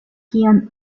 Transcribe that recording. kion